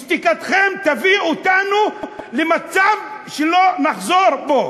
שתיקתכם תביא אותנו למצב שלא נחזור ממנו.